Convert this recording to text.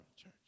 church